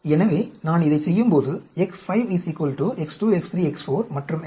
எனவே நான் இதைச் செய்யும்போது X5 X2 X3 X4 மற்றும் X6 X1 X2 X3 X4